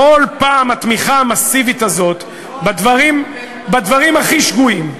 כל פעם התמיכה המסיבית הזאת בדברים הכי שגויים?